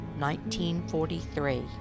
1943